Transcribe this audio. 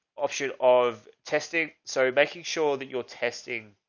option of testing, so making sure that you're testing.